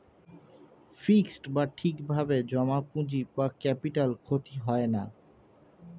fixed বা ঠিক ভাবে জমা পুঁজি বা ক্যাপিটাল ক্ষতি হয় না